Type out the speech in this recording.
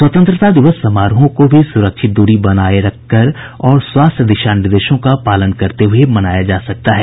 स्वतंत्रता दिवस समारोहों को भी सुरक्षित दूरी बनाए रखकर तथा स्वास्थ्य दिशा निर्देशों का पालन करते हुए मनाया जा सकता है